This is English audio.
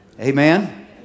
Amen